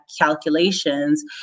calculations